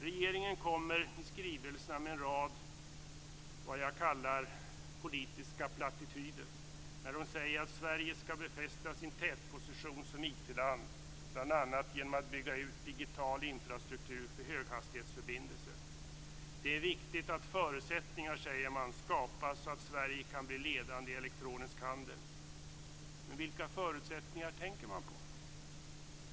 Regeringen kommer i skrivelserna med en rad politiska plattityder när den säger att Sverige skall befästa sin tätposition som IT-land, bl.a. genom att bygga ut digital infrastruktur för höghastighetsförbindelser. Det är viktigt, säger man, att förutsättningar skapas så att Sverige kan bli ledande i elektronisk handel. Men vilka förutsättningar tänker man på?